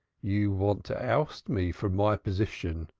you want to oust me from my position.